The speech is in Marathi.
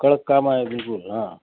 कडक काम आहे बिलकुल हा